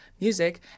music